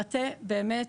המטה, באמת,